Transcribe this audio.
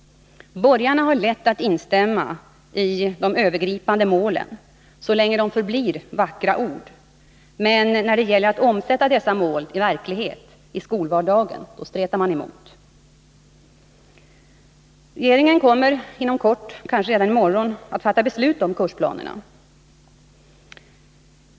Borgarna har lätt att instämma i de övergripande målen så länge dessa förblir vackra ord, men när det gäller att omsätta dessa mål till verklighet i skolvardagen stretar man emot. Regeringen kommer inom kort — kanske redan i morgon — att fatta beslut om kursplanerna.